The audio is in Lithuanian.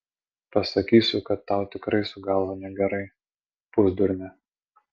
pasakysiu kad tau tikrai su galva negerai pusdurne